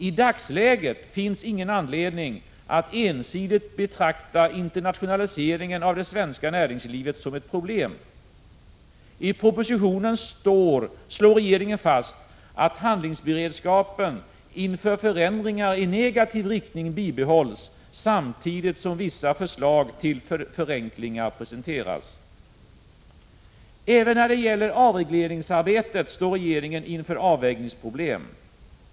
I dagsläget finns ingen anledning att ensidigt betrakta internationaliseringen av det svenska näringslivet som ett problem. I propositionen slår regeringen fast att handlingsberedskapen inför förändringar i negativ riktning bibehålls, samtidigt som vissa förslag till förenklingar presenteras. Även när det gäller avregleringsarbetet står regeringen inför avvägningsproblem.